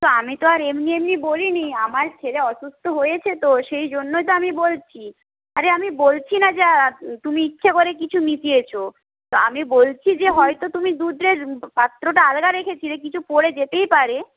তো আমি তো আর এমনি এমনি বলি নি আমার ছেলে অসুস্থ হয়েছে তো সেই জন্যই তো আমি বলছি আরে আমি বলছি না যে তুমি ইচ্ছা করে কিছু মিশিয়েছো তো আমি বলছি যে হয়তো তুমি দুধের পাত্রটা আলগা রেখেছিলে কিছু পড়ে যেতেই পারে